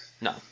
No